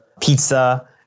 pizza